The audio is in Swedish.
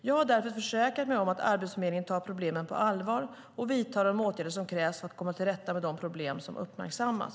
Jag har därför försäkrat mig om att Arbetsförmedlingen tar problemen på allvar och vidtar de åtgärder som krävs för att komma till rätta med de problem som uppmärksammats.